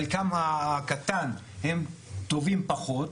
חלקם הקטן הם טובים פחות.